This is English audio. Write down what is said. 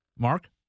Mark